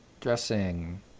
dressing